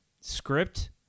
script